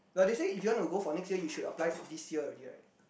but they say if you want to go for next year you should apply this year already right